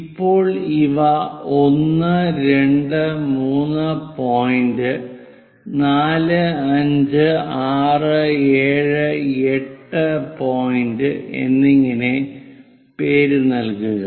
ഇപ്പോൾ ഇവ 1 2 3 point 4 5 6 7 8 point എന്നിങ്ങനെ പേരുനൽകുക